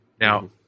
Now